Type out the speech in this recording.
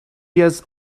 years